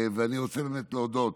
ואני רוצה באמת להודות